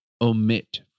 omit